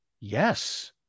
Yes